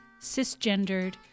cisgendered